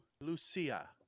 Lucia